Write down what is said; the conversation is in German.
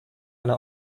eine